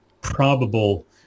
probable